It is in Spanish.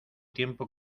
tiempo